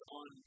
on